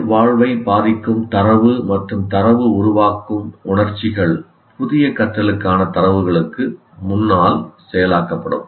உயிர்வாழ்வை பாதிக்கும் தரவு மற்றும் தரவு உருவாக்கும் உணர்ச்சிகள் புதிய கற்றலுக்கான தரவுகளுக்கு முன்னால் செயலாக்கப்படும்